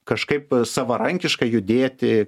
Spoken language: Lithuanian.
kažkaip savarankiškai judėti